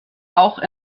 auch